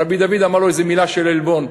רבי דוד אמר לו איזו מילה של עלבון.